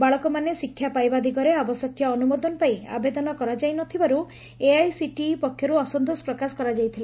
ବଳକମାନେ ଶିକ୍ଷା ପାଇବା ଦିଗରେ ଆବଶ୍ୟକୀୟ ଅନୁମୋଦନ ପାଇଁ ଆବେଦନ କରାଯାଇନଥିବାରୁ ଏଆଇସିଟିଇ ପକ୍ଷରୁ ଅସନ୍ତୋଷ ପ୍ରକାଶ କରାଯାଇଥିଲା